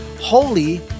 holy